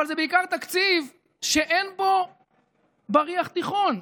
אבל זה בעיקר תקציב שאין בו בריח תיכון,